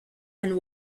and